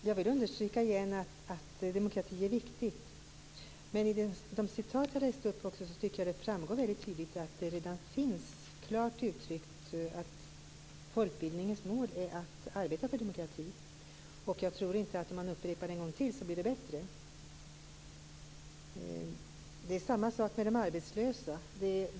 Herr talman! Jag vill återigen understryka att demokrati är viktigt. Men av de citat jag läste upp framgår det tydligt att det redan är klart uttryckt att folkbildningens mål är att arbeta för demokrati. Jag tror inte att det blir bättre om man upprepar det en gång till. Det är samma sak med de arbetslösa.